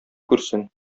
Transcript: күрсен